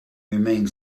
remained